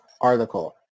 article